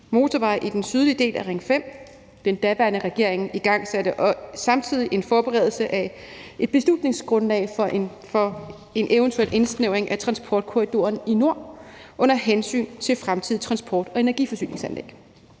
motorvej i den sydlige del af Ring 5. Den daværende regering igangsatte samtidig en forberedelse af et beslutningsgrundlag for en eventuel indsnævring af transportkorridoren i nord under hensyn til fremtidig transport og energiforsyningsanlæg.